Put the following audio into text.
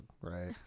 right